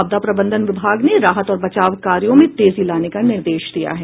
आपदा प्रबंधन विभाग ने राहत और बचाव कार्यों में तेजी लाने का निर्देश दिया है